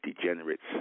degenerates